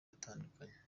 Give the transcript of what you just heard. atandukanye